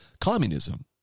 communism